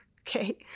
okay